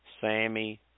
Sammy